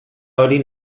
hori